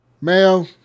Mayo